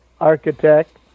architect